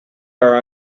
are